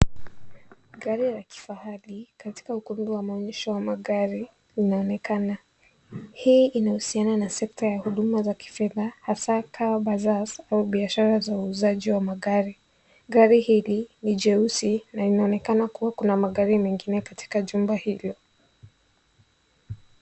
Gari la kifahari katika ukumbi wa maonyesho ya magari unaonekana. Hii inahusiana na sekta ya huduma za kifedha hasa car bazars au biashara za uuzaji wa magari. Gari hili ni jeusi na inaonekana kuwa kuna na magari mengine katika jumba hivyo.